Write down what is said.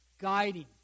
guiding